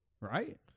right